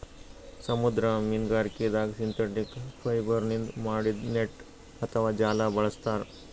ಸಮುದ್ರ ಮೀನ್ಗಾರಿಕೆದಾಗ್ ಸಿಂಥೆಟಿಕ್ ಫೈಬರ್ನಿಂದ್ ಮಾಡಿದ್ದ್ ನೆಟ್ಟ್ ಅಥವಾ ಜಾಲ ಬಳಸ್ತಾರ್